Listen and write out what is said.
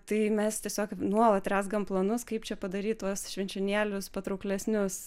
tai mes tiesiog nuolat rezgam planus kaip čia padaryt tuos švenčionėlius patrauklesnius